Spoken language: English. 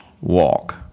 walk